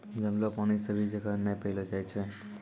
जमलो पानी सभी जगह नै पैलो जाय छै